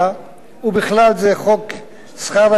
ובכלל זה חוק שכר מינימום,